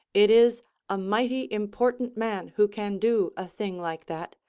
it is a mighty important man who can do a thing like that,